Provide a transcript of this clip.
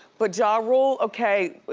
but ja rule, okay,